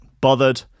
bothered